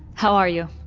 how are you?